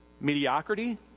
mediocrity